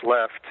left